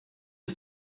ist